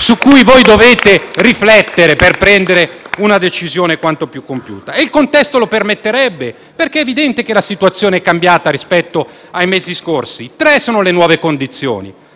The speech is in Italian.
su cui voi dovete riflettere per prendere una decisione quanto più compiuta. Il contesto lo permetterebbe, perché è evidente che la situazione è cambiata rispetto ai mesi scorsi. Tre sono le nuove condizioni: